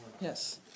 Yes